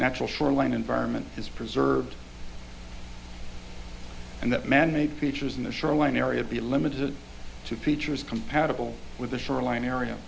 natural shoreline environment is preserved and that manmade features in the shoreline area be limited to features compatible with the shoreline area